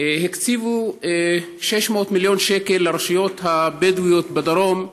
הקציב 600 מיליון שקל לרשויות הבדואיות בדרום,